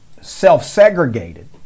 self-segregated